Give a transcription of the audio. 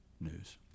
news